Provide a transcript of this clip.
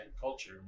culture